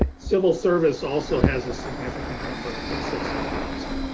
civil service also has a significant number under sixty thousand.